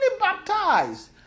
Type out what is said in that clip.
baptized